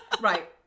right